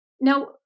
Now